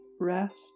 rest